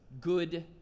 good